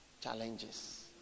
challenges